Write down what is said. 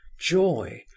joy